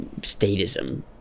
statism